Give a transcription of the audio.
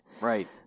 Right